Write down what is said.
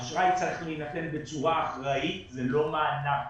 אשראי צריך להינתן בצורה אחראית ולא מענה.